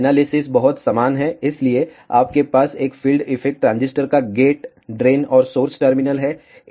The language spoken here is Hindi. एनालिसिस बहुत समान है इसलिए आपके पास एक फील्ड इफेक्ट ट्रांजिस्टर का गेट ड्रेन और सोर्स टर्मिनल हैं